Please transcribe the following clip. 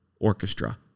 orchestra